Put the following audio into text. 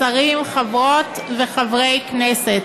שרים, חברות וחברי כנסת,